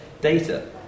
data